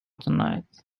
tonight